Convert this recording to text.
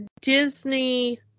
Disney